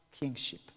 kingship